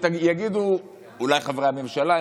ואולי יגידו חברי הממשלה,